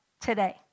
today